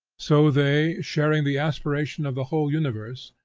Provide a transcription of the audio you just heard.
so they, sharing the aspiration of the whole universe,